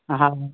हा